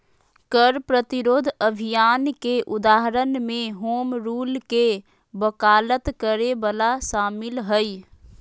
कर प्रतिरोध अभियान के उदाहरण में होम रूल के वकालत करे वला शामिल हइ